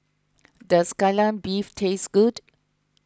does Kai Lan Beef taste good